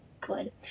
good